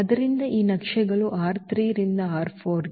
ಆದ್ದರಿಂದ ಈ ನಕ್ಷೆಗಳು ರಿಂದ ಗೆ